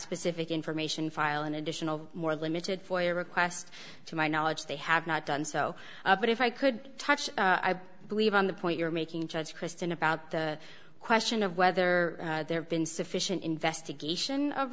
specific information file an additional more limited foyer request to my knowledge they have not done so but if i could touch i believe on the point you're making judge kristin about the question of whether there have been sufficient investigation of